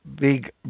big